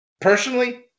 personally